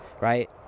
right